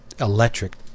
electric